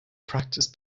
practised